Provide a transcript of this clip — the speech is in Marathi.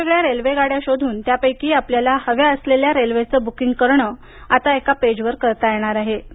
वेगवेगळ्या रेल्वेगाड्या शोधून त्यापैकी आपल्याला हव्या असलेल्या रेल्वेचं बुकिंग करणं आता एका पेजवर करता येणार आहे